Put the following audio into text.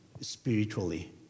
spiritually